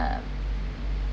err